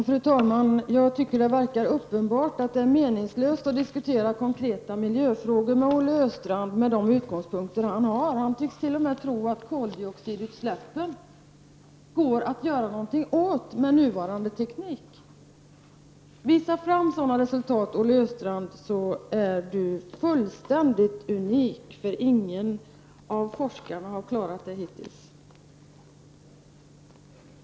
Fru talman! Jag tycker det är uppenbart att det är meningslöst att diskutera konkreta miljöfrågor med Olle Östrand med de utgångspunkter han har. Han tycks t.o.m. tro att det går att göra någonting åt koldioxidutsläppen med nuvarande teknik. Kan vi visa fram sådana förslag, Olle Östrand, så är detta fullständigt unikt, för inga forskare har klarat det hittills.